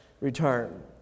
return